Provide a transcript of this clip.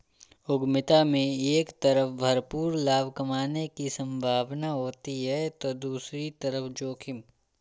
उद्यमिता में एक तरफ भरपूर लाभ कमाने की सम्भावना होती है तो दूसरी तरफ जोखिम